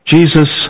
Jesus